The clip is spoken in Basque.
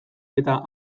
eta